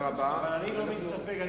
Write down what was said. אבל אני לא מסתפק.